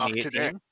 today